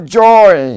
joy